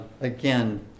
again